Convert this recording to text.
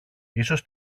ίσως